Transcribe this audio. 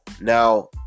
now